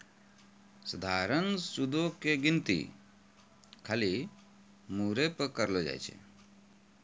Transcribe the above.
सधारण सूदो के गिनती खाली मूरे पे करलो जाय छै